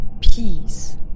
peace